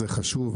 זה חשוב,